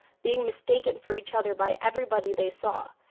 being mistaken for each other by everybody they saw,